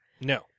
No